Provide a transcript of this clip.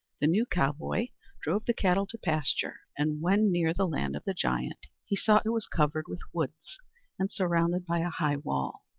the new cowboy drove the cattle to pasture, and when near the land of the giant, he saw it was covered with woods and surrounded by a high wall.